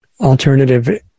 alternative